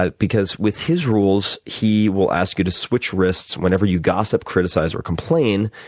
ah because with his rules, he will ask you to switch wrists whenever you gossip, criticize or complain.